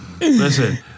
Listen